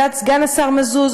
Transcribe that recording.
ועד סגן השר מזוז,